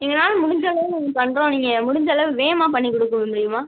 எங்களால் முடிஞ்ச அளவு நாங்கள் பண்ணுறோம் நீங்கள் முடிஞ்ச அளவு வேகமாக பண்ணிக்கொடுக்க முடியுமா